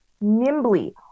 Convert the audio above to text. nimbly